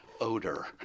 odor